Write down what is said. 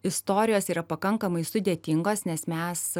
istorijos yra pakankamai sudėtingos nes mes